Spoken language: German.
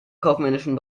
kaufmännischen